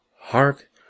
Hark